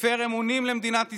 הפר אמונים למדינת ישראל,